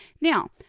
Now